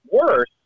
worse